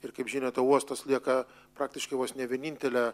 ir kaip žinia ta uostas lieka praktiškai vos ne vienintele